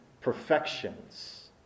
perfections